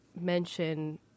mention